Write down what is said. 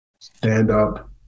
stand-up